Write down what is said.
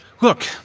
Look